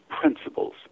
principles